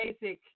basic